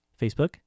Facebook